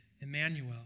Emmanuel